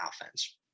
offense